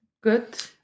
good